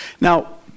Now